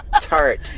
tart